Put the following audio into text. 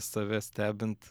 save stebint